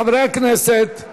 חברי הכנסת,